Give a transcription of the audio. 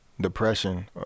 depression